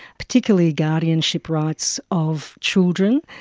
particularly guardianship rights of children.